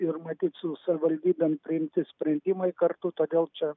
ir matyt su savivaldybėm priimti sprendimai kartu todėl čia